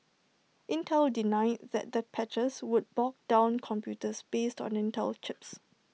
Intel denied that the patches would bog down computers based on Intel chips